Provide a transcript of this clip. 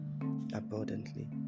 abundantly